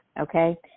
okay